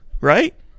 right